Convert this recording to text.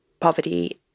Poverty